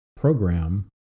program